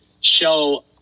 show